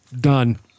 Done